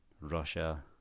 Russia